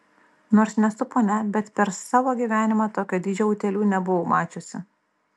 nors nesu ponia bet per savo gyvenimą tokio dydžio utėlių nebuvau mačiusi